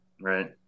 right